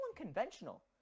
unconventional